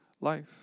life